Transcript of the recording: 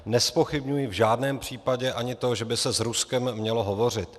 Nezpochybňuji v žádném případě ani to, že by se s Ruskem mělo hovořit.